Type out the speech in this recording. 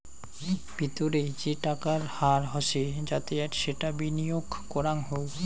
ভিতরে যে টাকার হার হসে যাতে সেটা বিনিয়গ করাঙ হউ